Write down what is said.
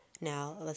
Now